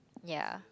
ya